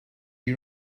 you